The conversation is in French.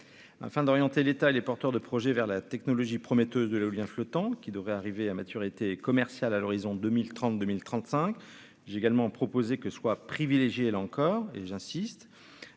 afin d'orienter l'État et les porteurs de projets vers la technologie prometteuse de l'éolien flottant qui devraient arriver à maturité commerciale à l'horizon 2030 2035 j'ai également proposé que soit privilégiés, là encore, et j'insiste,